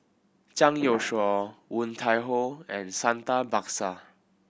Zhang Youshuo Woon Tai Ho and Santha Bhaskar